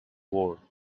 ward